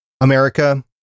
America